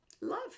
Love